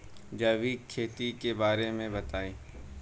जैविक खेती के बारे में बताइ